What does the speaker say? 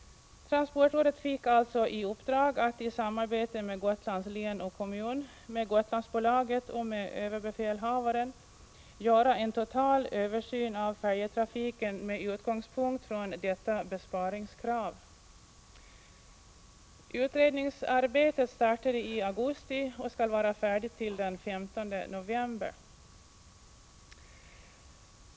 Transportrådet fick alltså i uppdrag att i samarbete med Gotlands län och kommun, med Gotlandsbolaget och med överbefälhavaren göra en total översyn av färjetrafiken med utgångspunkt i detta besparingskrav. Utredningsarbetet startade i augusti och skall vara färdigt till den 15 november.